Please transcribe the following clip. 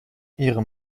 ihre